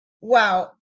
wow